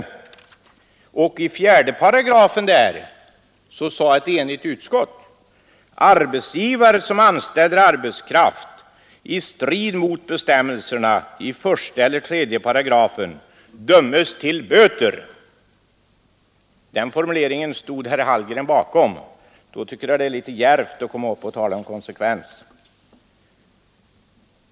Utskottet anslöt sig där enhälligt till följande utformning av 4 § i denna lag: ”Arbetsgivare som anställer arbetskraft i strid mot bestämmelserna i 1 eller 3 § dömes till böter.” Den formuleringen stod herr Hallgren bakom. Då tycker jag att det är litet djärvt att tala om konsekvens.